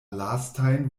lastajn